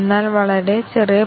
അതാണ് രണ്ടാമത്തെ വ്യവസ്ഥ